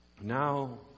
Now